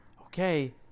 Okay